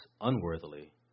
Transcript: unworthily